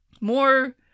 More